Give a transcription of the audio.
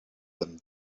them